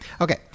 okay